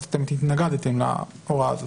אתם התנגדתם להוראה הזאת.